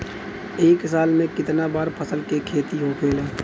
एक साल में कितना बार फसल के खेती होखेला?